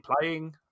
playing